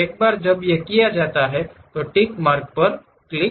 एक बार जब यह किया जाता है तो टिक मार्क पर क्लिक करें